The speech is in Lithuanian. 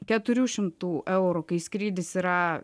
keturių šimtų eurų kai skrydis yra